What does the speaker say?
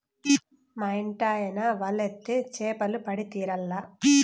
మా ఇంటాయన వల ఏత్తే చేపలు పడి తీరాల్ల